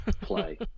play